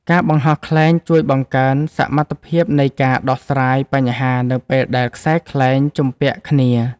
ការបង្ហោះខ្លែងជួយបង្កើនសមត្ថភាពនៃការដោះស្រាយបញ្ហានៅពេលដែលខ្សែខ្លែងជំពាក់គ្នា។